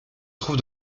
trouve